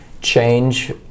change